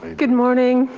good morning,